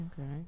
Okay